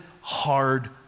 hard